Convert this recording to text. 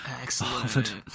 Excellent